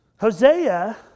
Hosea